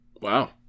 Wow